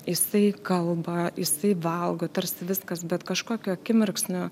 jisai kalba jisai valgo tarsi viskas bet kažkokiu akimirksniu